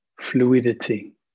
fluidity